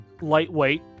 lightweight